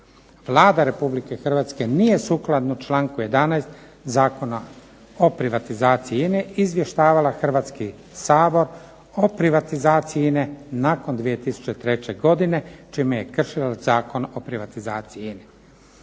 Vlada Republike Hrvatske nije sukladno članku 11. Zakona o privatizaciji INA-e izvještavala Hrvatski sabor o privatizaciji INA-e nakon 2003. godine čime je kršila Zakon o privatizaciji INA-e.